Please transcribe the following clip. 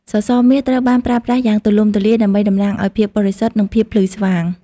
ពណ៌មាស ត្រូវបានប្រើប្រាស់យ៉ាងទូលំទូលាយដើម្បីតំណាងឱ្យភាពបរិសុទ្ធ និងភាពភ្លឺស្វាង។